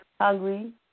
hungry